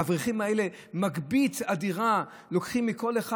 האברכים האלה, מגבית אדירה לוקחים מכל אחד.